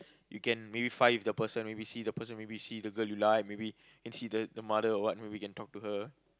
you can maybe fight with the person maybe see the person maybe see the girl you like maybe can see the the mother or what maybe you can talk to her